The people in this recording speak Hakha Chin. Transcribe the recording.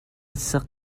sak